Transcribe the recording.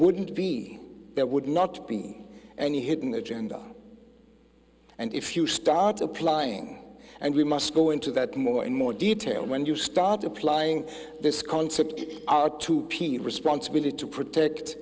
wouldn't be there would not be any hidden agenda and if you start applying and we must go into that more and more detail when you start applying this concept r two p responsibility to protect